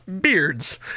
beards